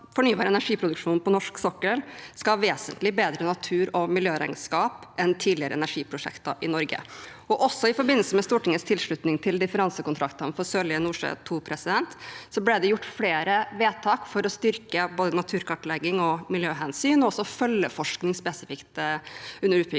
fornybar energiproduksjon på norsk sokkel skal ha vesentlig bedre naturog miljøregnskap enn tidligere energiprosjekter i Norge. Også i forbindelse med Stortingets tilslutning til differansekontraktene for Sørlige Nordsjø II ble det gjort flere vedtak for å styrke både naturkartlegging, miljøhensyn og spesifikt følgeforskning under utbygging av